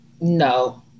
No